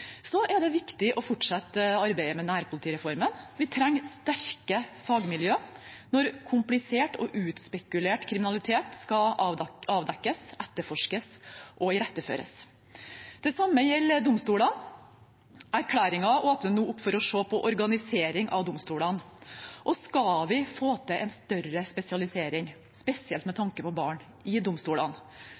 Så er det viktig å fortsette arbeidet med nærpolitireformen. Vi trenger sterke fagmiljøer når komplisert og utspekulert kriminalitet skal avdekkes, etterforskes og iretteføres. Det samme gjelder domstolene. Erklæringen åpner nå opp for å se på organiseringen av domstolene. Skal vi få til en større spesialisering, spesielt med tanke på barn, i domstolene,